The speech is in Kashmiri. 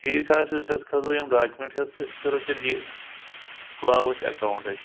ٹھیٖک حظ چھُ أسۍ حظ کھسو یِم ڈاکمٮ۪نٛٹ ہٮ۪تھ تہٕ أسۍ کَرو تیٚلہِ یہِ کھُلاوو أسۍ اٮ۪کاوُنٛٹ اَتہِ